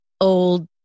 old